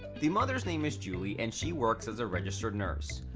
the mother's name is julie and she works as a registered nurse.